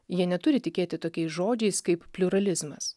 jie neturi tikėti tokiais žodžiais kaip pliuralizmas